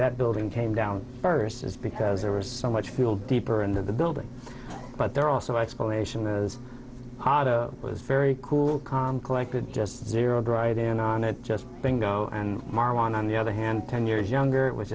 that building came down first is because there was so much fuel deeper into the building but there also my explanation as it was very cool calm collected just zero dried in on it just being go and marwan on the other hand ten years younger it was